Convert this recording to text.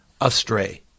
astray